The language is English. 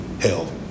hell